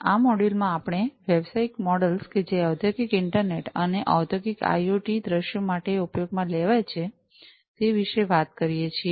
આ મોડ્યુલમાં આપણે વ્યવસાયિક મોડલ્સ કે જે ઔદ્યોગિક ઇન્ટરનેટ અને ઔદ્યોગિક આઇઓટી દૃશ્યો માટે ઉપયોગમાં લેવાય છે તે વિશે વાત કરીએ છીએ